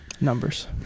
Numbers